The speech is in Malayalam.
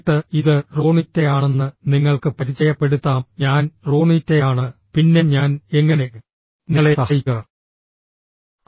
എന്നിട്ട് ഇത് റോണിറ്റയാണെന്ന് നിങ്ങൾക്ക് പരിചയപ്പെടുത്താം ഞാൻ റോണിറ്റയാണ് പിന്നെ ഞാൻ എങ്ങനെ നിങ്ങളെ സഹായിക്കുക